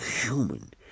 human